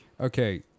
Okay